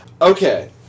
Okay